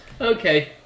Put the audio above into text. Okay